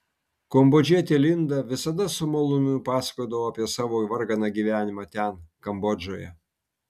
kambodžietė linda visada su malonumu pasakodavo apie savo varganą gyvenimą ten kambodžoje